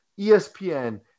ESPN